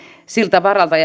siltä varalta